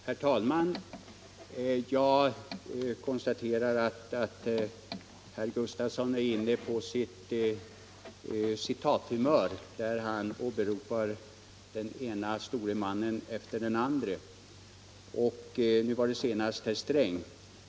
Herr talman! Herr Gustafsson i Byske är inne på sitt citathumör och åberopar den ene store mannen efter den andre. Nu senast var det herr Sträng.